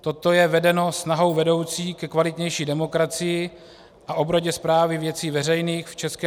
Toto je vedeno snahou vedoucí ke kvalitnější demokracii a obrodě správy věcí veřejných v ČR.